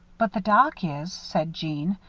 but the dock is, said jeanne.